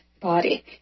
body